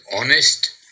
honest